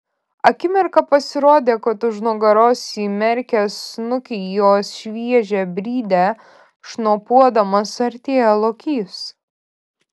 akimirką pasirodė kad už nugaros įmerkęs snukį į jos šviežią brydę šnopuodamas artėja lokys